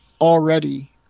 already